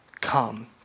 come